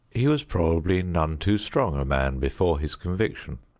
he was probably none too strong a man before his conviction.